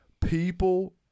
People